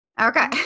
Okay